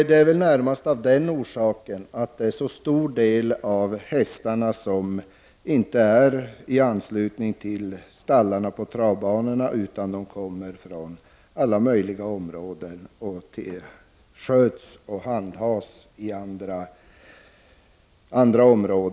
Det är väl närmast av den orsaken att en så stor del av hästarna inte finns i anslutning till stallarna på travbanorna, utan kommer från alla möjliga områden där de sköts och handhas.